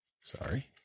sorry